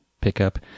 pickup